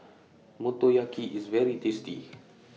Motoyaki IS very tasty